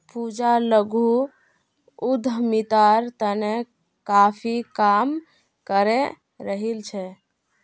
पूजा लघु उद्यमितार तने काफी काम करे रहील् छ